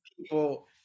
people